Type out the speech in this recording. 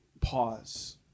pause